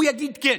הוא יגיד כן.